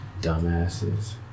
Dumbasses